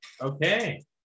Okay